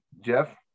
jeff